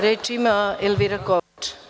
Reč ima Elvira Kovač.